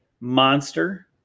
monster